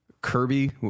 kirby